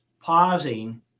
pausing